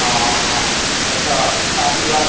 हाँ हाँ अच्छा शादी विवाह